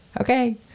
Okay